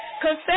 Confess